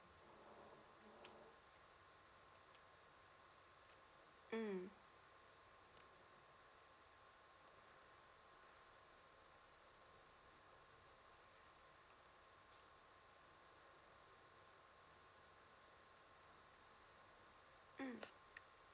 mm mm